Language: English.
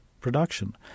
production